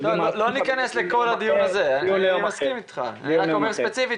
אני מסכים אתך, לא נכנס לדיון הזה.